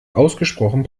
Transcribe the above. ausgesprochen